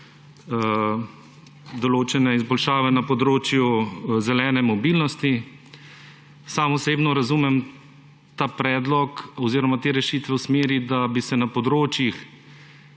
določene izboljšave na področju zelene mobilnosti. Sam osebno razumem ta predlog oziroma te rešitve v smeri, da bi se na področjih,